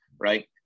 right